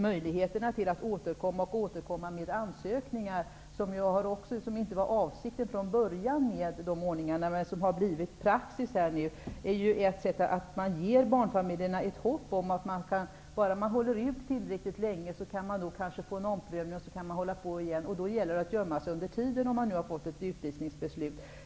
Möjligheten att återkomma om och om igen med ansökningar, vilket inte var meningen med denna ordning från början, men som har blivit praxis, är ett sätt att ge barnfamiljerna hopp om att de bara de håller ut tillräckligt länge kan få en omprövning. Sedan kan man försöka igen. Då gäller det att gömma sig under tiden, om man har fått ett utvisningsbeslut.